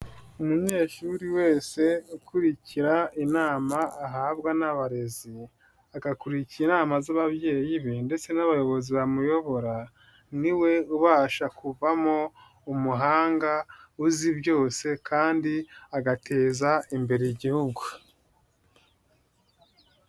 Umunyeshuri wese ukurikira inama ahabwa n'abarezi, agakurikira inama z'ababyeyi be, ndetse n'abayobozi bamuyobora, niwe ubasha kuvamo umuhanga uzi byose, kandi agateza imbere igihugu.